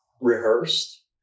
rehearsed